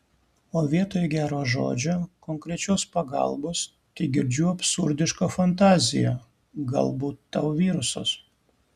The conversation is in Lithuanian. o vietoj gero žodžio konkrečios pagalbos tegirdžiu absurdišką fantaziją galbūt tau virusas